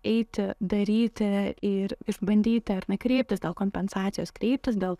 eiti daryti ir išbandyti ar ne kreiptis dėl kompensacijos kreiptis dėl